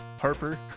Harper